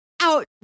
out